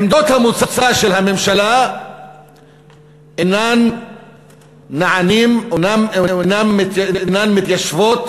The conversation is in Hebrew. עמדות המוצא של הממשלה אינן נענות או אינן מתיישבות